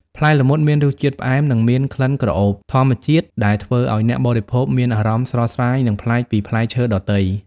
ផ្លែល្មុតមានរសជាតិ ផ្អែម និងមាន ក្លិនក្រអូប ធម្មជាតិ ដែលធ្វើឲ្យអ្នកបរិភោគមានអារម្មណ៍ស្រស់ស្រាយ និងប្លែកពីផ្លែឈើដទៃ។